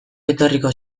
etorriko